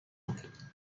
بود